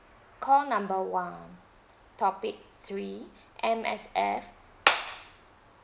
call number one topic three M_S_F